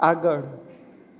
આગળ